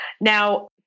Now